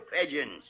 pigeons